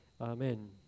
amen